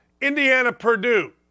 Indiana-Purdue